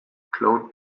cloned